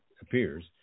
appears